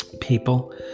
people